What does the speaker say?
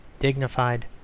dignified,